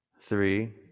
three